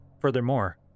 Furthermore